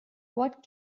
what